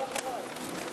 כל הכבוד.